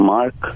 Mark